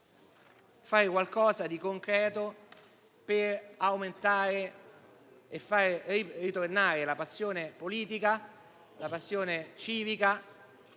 fare qualcosa di concreto per aumentare e far tornare la passione politica e la passione civica,